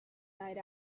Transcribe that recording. night